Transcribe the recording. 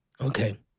Okay